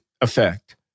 effect